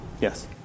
Yes